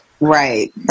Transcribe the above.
right